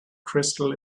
crystal